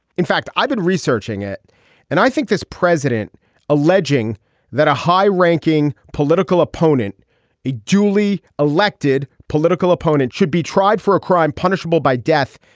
in fact i've been researching it and i think this president alleging that a high ranking political opponent a duly elected political opponent should be tried for a crime punishable by death.